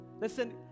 Listen